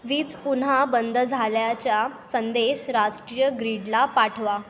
वीज पुन्हा बंद झाल्याच्या संदेश राष्ट्रीय ग्रीडला पाठवा